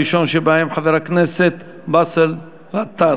הראשון שבהם, חבר הכנסת באסל גטאס.